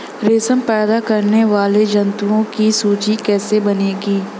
रेशम पैदा करने वाले जंतुओं की सूची कैसे बनेगी?